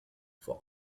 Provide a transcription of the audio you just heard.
for